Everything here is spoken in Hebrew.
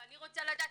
ואני רוצה לדעת,